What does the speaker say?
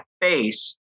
face